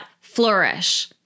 flourish